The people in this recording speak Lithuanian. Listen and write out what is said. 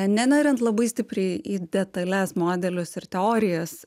neneriant labai stipriai į detales modelius ir teorijas